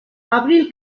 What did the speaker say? abril